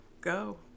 Go